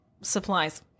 supplies